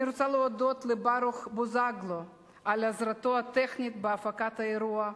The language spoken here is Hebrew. אני רוצה להודות לברוך בוזגלו על עזרתו הטכנית בהפקת האירוע,